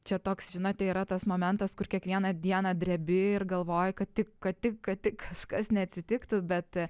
čia toks žinote yra tas momentas kur kiekvieną dieną drebi ir galvoji kad tik kad tik kad tik kas neatsitiktų bet